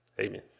Amen